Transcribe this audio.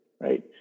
right